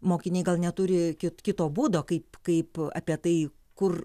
mokiniai gal neturi kit kito būdo kaip kaip apie tai kur